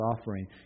offering